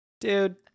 Dude